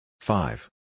Five